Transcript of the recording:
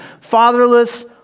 fatherless